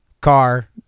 car